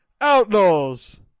Outlaws